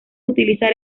utilizar